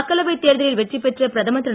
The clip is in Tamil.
மக்களவை தேர்தலில் வெற்றி பெற்ற பிரதமர் திரு